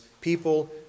people